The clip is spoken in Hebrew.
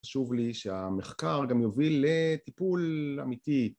חשוב לי שהמחקר גם יוביל לטיפול אמיתי